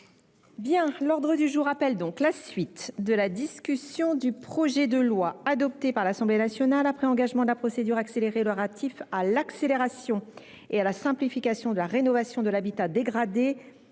texte. L’ordre du jour appelle la suite de la discussion du projet de loi, adopté par l’Assemblée nationale après engagement de la procédure accélérée, relatif à l’accélération et à la simplification de la rénovation de l’habitat dégradé